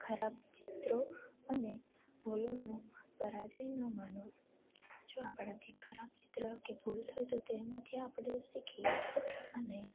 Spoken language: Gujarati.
ખરાબ ચિત્રો અને ભૂલોનો પરાજય ન માનો જો આપણાથી ખરાબ ચિત્ર કે ભૂલ થાય તો તેમાંથી આપણે શીખી અને